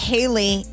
Haley